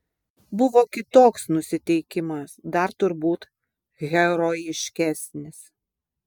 buvo kitoks nusiteikimas dar turbūt herojiškesnis